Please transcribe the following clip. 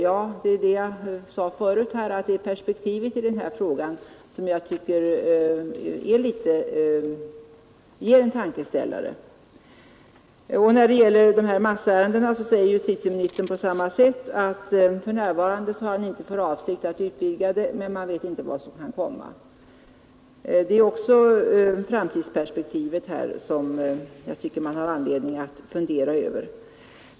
Ja, det är det jag sade förut här: det är perspektivet i denna fråga som jag tycker ger en tankeställare. När det gäller massärenden säger justitieministern på samma sätt att man för närvarande inte har för avsikt att utvidga området men man vet inte vad som kan komma. Det är också ett framtidsperspektiv som man har anledning fundera över.